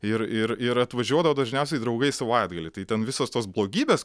ir ir ir atvažiuodavo dažniausiai draugai savaitgalį tai ten visos tos blogybės